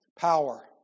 power